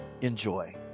Enjoy